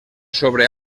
sobre